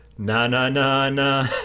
Na-na-na-na